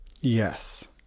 Yes